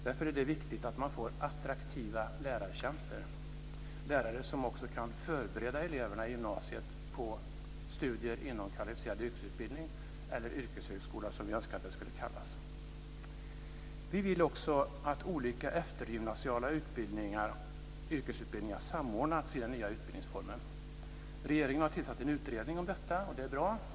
Därför är det viktigt att man får attraktiva lärartjänster och lärare som också kan förbereda eleverna i gymnasiet på studier inom den kvalificerade yrkesutbildningen eller yrkeshögskolan, som vi önskar att den skulle kallas. Vi vill också att olika eftergymnasiala yrkesutbildningar samordnas i den nya utbildningsformen. Regeringen har tillsatt en utredning om detta, och det är bra.